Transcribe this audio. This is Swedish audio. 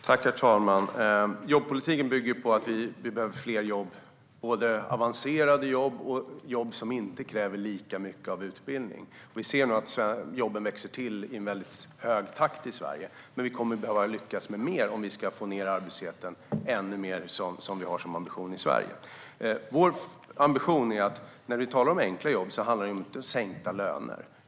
Herr talman! Jobbpolitiken bygger på att vi behöver fler jobb, både avancerade jobb och jobb som inte kräver lika mycket utbildning. Vi ser nu att jobben växer till i mycket hög takt i Sverige. Men vi kommer att behöva lyckas med mer om vi ska få ned arbetslösheten ännu mer, vilket vi har som ambition i Sverige. När vi talar om enkla jobb handlar det inte om sänkta löner.